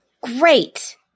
Great